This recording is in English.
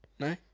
No